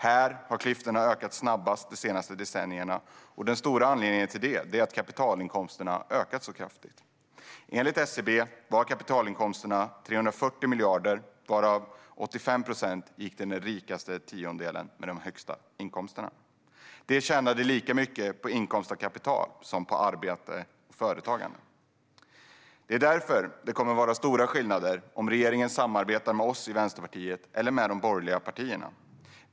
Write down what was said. Här har klyftorna ökat snabbast de senaste decennierna, och den stora anledningen till detta är att kapitalinkomsterna har ökat kraftigt. Enligt SCB var kapitalinkomsterna 340 miljarder, varav 85 procent gick till den rikaste tiondelen med de högsta inkomsterna. De tjänade lika mycket på inkomst av kapital som på arbete och företagande. Det kommer därför att vara stor skillnad om regeringen samarbetar med oss i Vänsterpartiet eller med borgerliga partier.